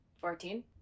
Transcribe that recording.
Fourteen